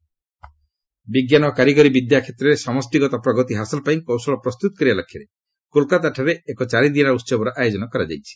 PM IISF ବିଜ୍ଞାନ ଓ କାରିଗରୀ ବିଦ୍ୟା କ୍ଷେତ୍ରରେ ସମଷ୍ଟିଗତ ପ୍ରଗତି ହାସଲ ପାଇଁ କୌଶଳ ପ୍ରସ୍ତୁତ କରିବା ଲକ୍ଷ୍ୟରେ କୋଲକାତାଠାରେ ଚାରିଦିନିଆ ଉହବର ଆୟୋଜନ କରାଯାଇଛି